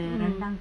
mm